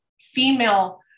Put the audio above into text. female